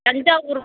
Thanjavur